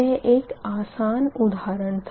यह एक आसान उधारण था